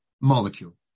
Molecule